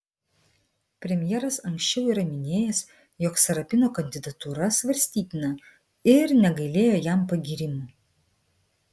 premjeras anksčiau yra minėjęs jog sarapino kandidatūra svarstytina ir negailėjo jam pagyrimų